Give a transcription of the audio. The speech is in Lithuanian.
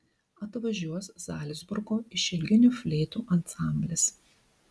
atvažiuos zalcburgo išilginių fleitų ansamblis